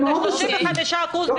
התשמ"ח 1988 (להלן,